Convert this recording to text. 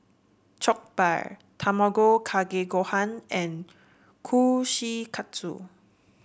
Jokbal Tamago Kake Gohan and Kushikatsu